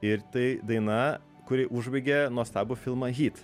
ir tai daina kuri užbaigė nuostabų filmą hyt